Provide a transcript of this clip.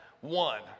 one